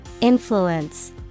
Influence